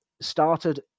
started